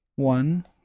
One